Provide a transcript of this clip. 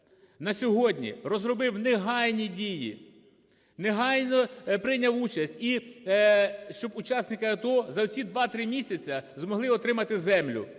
на сьогодні розробив негайні дії, негайно прийняв участь, і щоб учасники АТО за оці 2-3 місяці змогли отримати землю.